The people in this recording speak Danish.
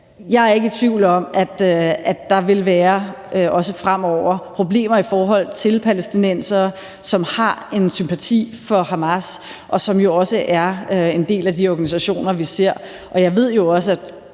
Jeg er ikke i tvivl om, at der også fremover vil være problemer i forhold til palæstinensere, som har en sympati for Hamas, og som jo også er en del af de organisationer, vi ser. Jeg ved jo også,